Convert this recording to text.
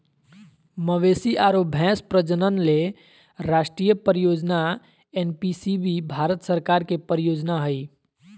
मवेशी आरो भैंस प्रजनन ले राष्ट्रीय परियोजना एनपीसीबीबी भारत सरकार के परियोजना हई